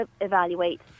evaluate